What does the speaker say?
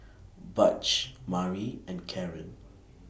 Butch Mari and Caren